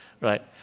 right